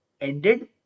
ended